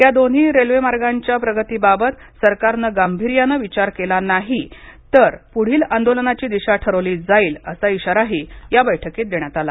या दोन्ही रेल्वेमार्गाच्या प्रगतीबाबत सरकारने गांभीर्याने विचार नाही केला तर पुढील आंदोलनाची दिशा ठरवली जाईल असा इशाराही या बैठकीत देण्यात आला